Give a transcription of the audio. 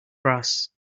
brass